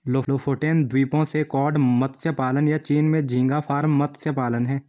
Lofoten द्वीपों से cod मत्स्य पालन, या चीन में झींगा फार्म मत्स्य पालन हैं